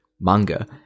manga